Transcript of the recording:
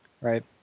right